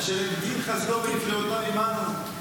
אשר הגדיל חסדו ונפלאותיו עימנו.